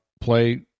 play